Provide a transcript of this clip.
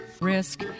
Risk